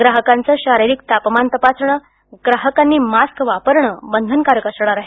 ग्राहकांचं शारीरिक तापमान तपासण ग्राहकांनी मास्क वापरानं बंधनकारक असणार आहे